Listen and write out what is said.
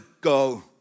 go